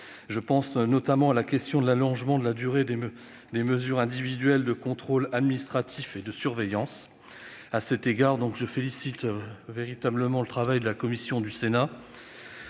Je pense notamment à la question de l'allongement de la durée des mesures individuelles de contrôle administratif et de surveillance. À cet égard, je salue véritablement le travail de la commission des